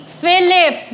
Philip